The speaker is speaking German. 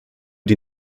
die